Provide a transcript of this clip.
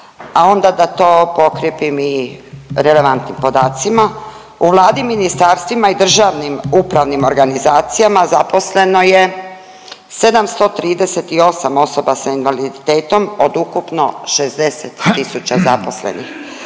a onda da to pokrijepim i relevantnim podacima. U Vladi, ministarstvima i državnim upravnim organizacijama zaposleno je 738 osoba s invaliditetom od ukupno 60 tisuća zaposlenih.